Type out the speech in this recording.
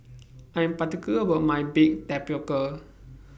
I Am particular about My Baked Tapioca